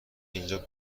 اینجا